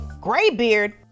Graybeard